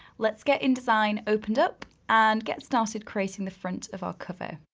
let's get indesign opened up, and get started creating the front of our cover.